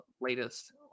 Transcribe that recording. latest